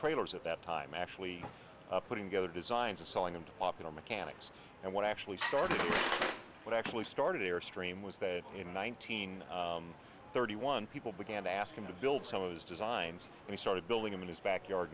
traders at that time actually putting together designs and selling them to popular mechanics and what actually started what actually started airstream was that in nineteen thirty one people began to ask him to build some of his designs and he started building them in his backyard